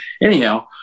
anyhow